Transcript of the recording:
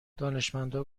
دانشمندا